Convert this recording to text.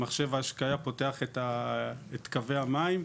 מחשב ההשקיה פותח את קווי המים,